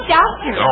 Doctor